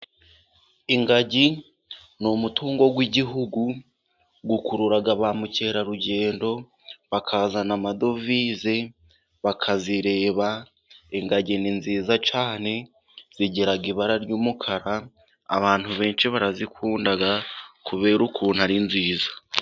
Ingagi ni umutungo w'igihugu ukurura ba mukerarugendo bakazana amadovize bakazireba, ingagi ni nziza cyane zigira ibara ry'umukara, abantu benshi barazikunda kubera ukuntu ari nziza.